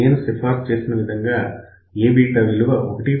నేను సిఫార్సు చేసిన విధంగా Aβ విలువ 1